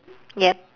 yup